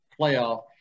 playoff